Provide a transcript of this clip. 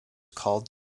called